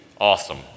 Awesome